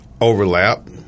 overlap